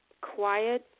quiet